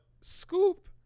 Scoop